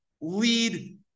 lead